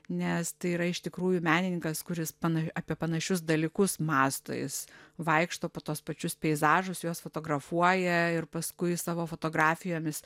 nes tai yra iš tikrųjų menininkas kuris pana apie panašius dalykus mąsto jis vaikšto po tuos pačius peizažus juos fotografuoja ir paskui savo fotografijomis